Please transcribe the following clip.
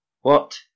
What